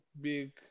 big